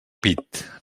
pit